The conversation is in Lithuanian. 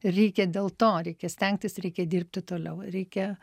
ir reikia dėl to reikia stengtis reikia dirbti toliau reikia